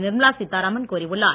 நிர்மலா சீத்தாராமன் கூறியுள்ளார்